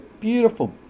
beautiful